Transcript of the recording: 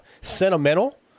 sentimental